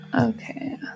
Okay